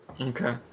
Okay